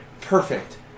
Perfect